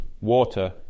water